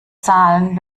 zahlen